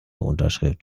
unterschrift